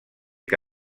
que